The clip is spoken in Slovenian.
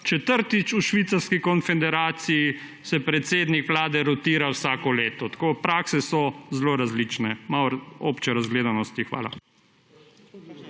Četrtič, v Švicarski konfederaciji se predsednik vlade rotira vsako leto. Prakse so zelo različne. Malo obče razgledanosti. Hvala.